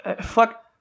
fuck